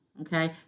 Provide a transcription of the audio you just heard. Okay